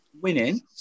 winning